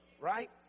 right